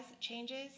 changes